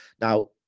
now